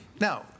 Now